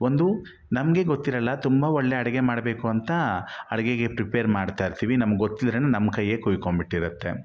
ಒಂದು ನಮಗೆ ಗೊತ್ತಿರಲ್ಲ ತುಂಬ ಒಳ್ಳೆ ಅಡುಗೆ ಮಾಡಬೇಕು ಅಂತ ಅಡುಗೆಗೆ ಪ್ರಿಪೇರ್ ಮಾಡ್ತಾಯಿರ್ತೀವಿ ನಮ್ಗೆ ಗೊತ್ತಿಲ್ಲದೇನೆ ನಮ್ಮ ಕೈಯ್ಯೇ ಕುಯ್ಕೊಂಡ್ಬಿಟ್ಟಿರುತ್ತೆ